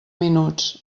minuts